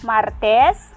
Martes